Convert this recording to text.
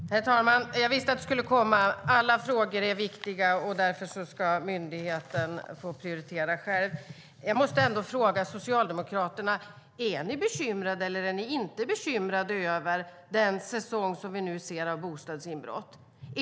Herr talman! Jag visste att det skulle komma: Alla frågor är viktiga, och därför ska myndigheten få prioritera själv. Jag måste ändå fråga Socialdemokraterna: Är ni bekymrade eller är ni inte bekymrade över den säsong av bostadsinbrott vi nu ser?